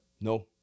No